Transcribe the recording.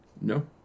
No